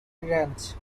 ranch